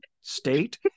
state